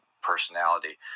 personality